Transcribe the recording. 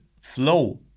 flow